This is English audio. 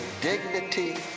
dignity